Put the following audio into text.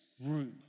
room